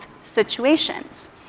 situations